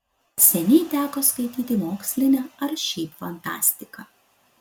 seniai teko skaityti mokslinę ar šiaip fantastiką